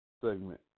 segment